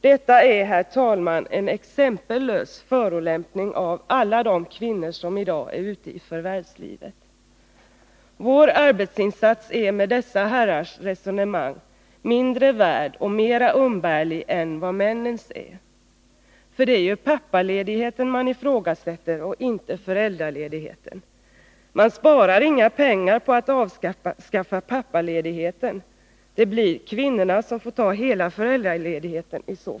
Detta är, herr talman, en exempellös förolämpning mot alla de kvinnor som i dag är ute i förvärvslivet. Vår arbetsinsats är med dessa herrars resonemang mindre värd och mera umbärlig än vad männens är. För det är ju pappaledigheten man ifrågasätter, inte föräldraledigheten. Men vi sparar inga pengar på att avskaffa pappaledigheten; det blir kvinnorna som i så fall får ta ut hela föräldraledigheten.